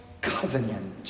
covenant